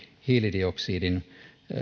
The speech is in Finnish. hiilidioksidin